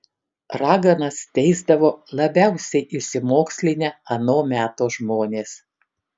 raganas teisdavo labiausiai išsimokslinę ano meto žmonės